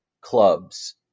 clubs